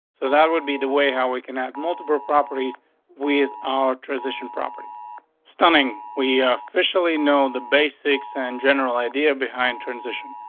so that would be the way how we can have multiple properties with our transition property stunning we officially know the basics and general idea behind transition.